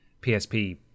PSP